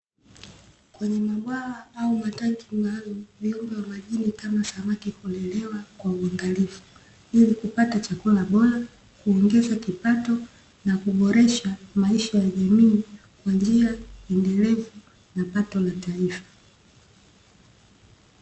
Kwenye mabwawa au matanki maalumu, viumbe vya majini kama samaki hulelewa kwa uangalifu ili kupata chakula bora, kuongeza kipato, na kuboresha maisha ya jamii, kwa njia endelevu na pato la taifa.